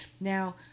now